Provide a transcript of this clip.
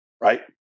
Right